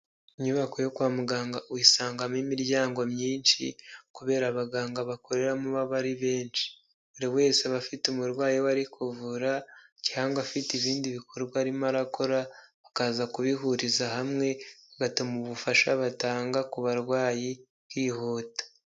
Inyubako yo kwa muganga uyisangamo imiryango myinshi, kubera abaganga bakoreramo ari benshi. Buri wese aba afite umurwayi we ari kuvura cyangwa afite ibindi bikorwa arimo arakora, akaza kubihuriza hamwe, bigatuma ubufasha batanga ku barwayi bwihuta.